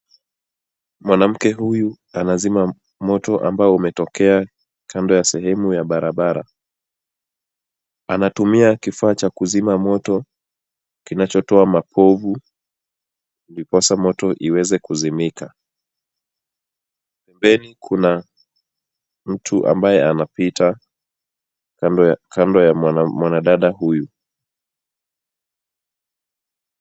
Mwanamke huyu anazima moto ambao umetokea kando ya sehemu ya barabara. Anatumia kifaa cha kuzima moto kinachotoa mapovu ndiposa moto iweze kuzimika. Pembeni kuna mtu ambaye anapita kando ya mwanadada huyu.